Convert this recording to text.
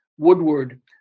Woodward